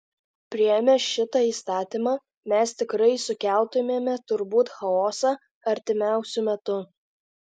priėmę šitą įstatymą mes tikrai sukeltumėme turbūt chaosą artimiausiu metu